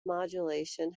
modulation